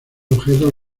objetos